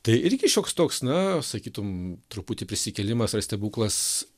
tai irgi šioks toks na sakytum truputį prisikėlimas yra stebuklas